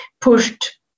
pushed